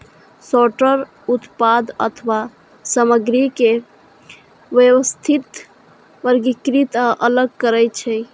sorter उत्पाद अथवा सामग्री के व्यवस्थित, वर्गीकृत आ अलग करै छै